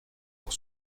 pour